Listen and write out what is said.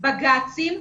בג"צים,